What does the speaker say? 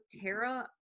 Tara